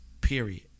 Period